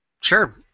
Sure